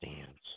stands